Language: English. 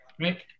Right